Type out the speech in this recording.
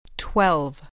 Twelve